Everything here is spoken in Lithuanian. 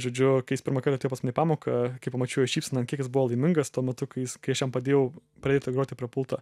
žodžiu kai jis pirmąkart atėjo pas mane į pamoką kai pamačiau jo šypseną an kiek jis buvo laimingas tuo metu kai jis kai aš jam padėjau pradėti groti prie pulto